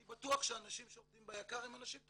אני בטוח שהאנשים שעובדים ביק"ר הם אנשים טובים.